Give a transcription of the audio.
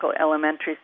elementary